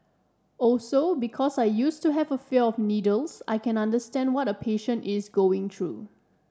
also because I used to have a fear of needles I can understand what a patient is going through